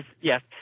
yes